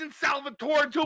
Salvatore